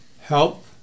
help